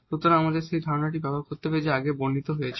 সুতরাং আমাদের সেই ধারণাটি ব্যবহার করতে হবে যা আগে বর্ণিত হয়েছে